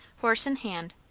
horse in hand,